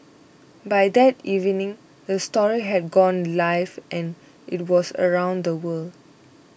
by that evening the story had gone live and it was around the world